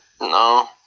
No